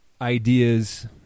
ideas